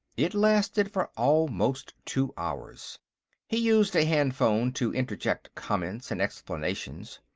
it lasted for almost two hours he used a handphone to interject comments and explanations.